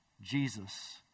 Jesus